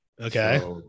Okay